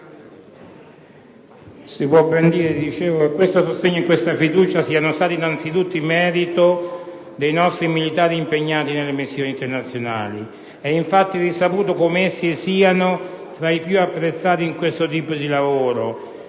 Si può ben dire che questo sostegno e questa fiducia siano stati innanzitutto merito dei nostri militari impegnati nelle missioni internazionali. È infatti risaputo com'essi siano tra i più apprezzati in questo tipo di lavoro: